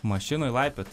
mašinoj laipiot